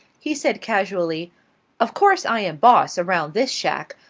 he said casually of course i am boss around this shack,